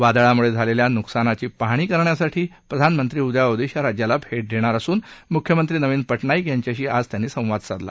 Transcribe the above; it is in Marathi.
वादळामुळे झालेल्या नुकसानाची पाहणी करण्यासाठी प्रधानमंत्री उद्या ओडिशा राज्याला भेट देणार असून मुख्यमंत्री नवीन पटनाईक यांच्याशी आज त्यांनी संवाद साधला